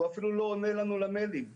הוא אפילו לא עונה למיילים שלנו.